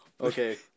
Okay